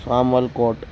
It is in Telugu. సామర్లకోట